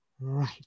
Right